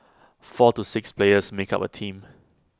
four to six players make up A team